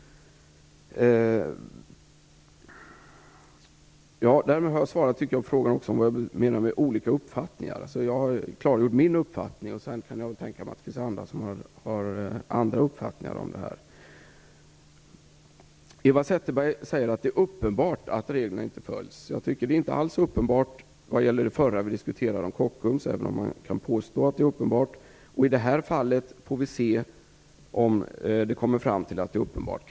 Därmed tycker jag också att jag har svarat på frågan, vad jag menar med "olika uppfattningar". Jag har klargjort min uppfattning, och sedan kan jag tänka mig att det finns andra som har andra uppfattningar om det här. Eva Zetterberg säger att det är uppenbart att reglerna inte följs. Jag tycker inte alls att det är uppenbart när det gäller Kockums, även om man kan påstå att det är det, och i det här fallet får vi se om utredningen kommer fram till att det är uppenbart.